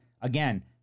again